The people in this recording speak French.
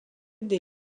des